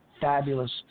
fabulous